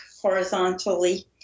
horizontally